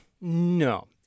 No